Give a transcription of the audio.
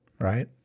Right